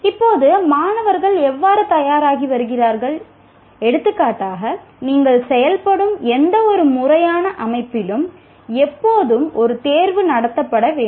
இப்போது மாணவர்கள் எவ்வாறு தயாராகி வருகிறார்கள் எடுத்துக்காட்டாக நீங்கள் செயல்படும் எந்தவொரு முறையான அமைப்பிலும் எப்போதும் ஒரு தேர்வு நடத்தப்பட வேண்டும்